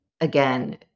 again